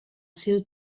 seu